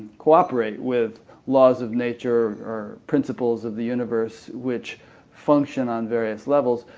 cooperate with laws of nature or principles of the universe which function on various levels,